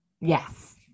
Yes